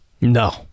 No